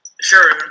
Sure